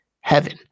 heaven